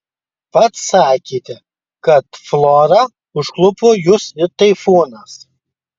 pats sakėte kad flora užklupo jus it taifūnas